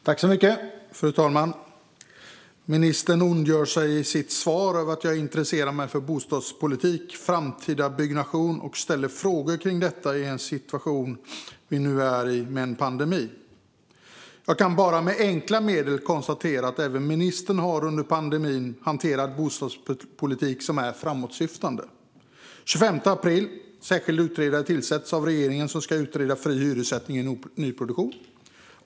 Fru talman! Ministern ondgör sig i sitt svar över att jag intresserar mig för bostadspolitik och framtida byggnation och ställer frågor kring detta i den situation vi nu är i med en pandemi. Jag kan med enkla medel konstatera att även ministern under pandemin har hanterat bostadspolitik som är framåtsyftande. Den 25 april tillsatte regeringen en särskild utredare som ska utreda fri hyressättning i nyproduktion.